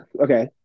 Okay